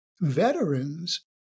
veterans